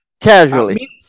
casually